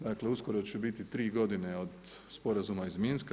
Dakle, uskoro će biti tri godine od Sporazuma iz Minska.